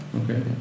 Okay